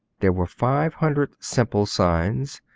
there were five hundred simple signs,